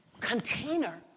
container